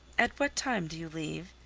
at what time do you leave?